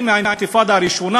בסם אללה א-רחמאן א-רחים.